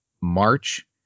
March